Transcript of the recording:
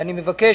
ואני מבקש,